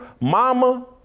mama